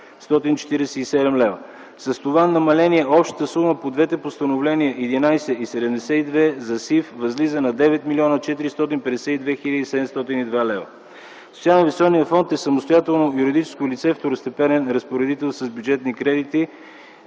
С това намаление общата сума по двете постановления -№ 11 и № 72, за СИФ възлиза на 9 млн. 452 хил. и 702 лв. Социалноинвестиционният фонд е самостоятелно юридическо лице, второстепенен разпоредител с бюджетни кредити.